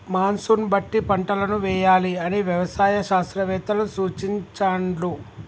monsoon బట్టి పంటలను వేయాలి అని వ్యవసాయ శాస్త్రవేత్తలు సూచించాండ్లు